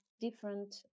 different